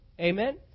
Amen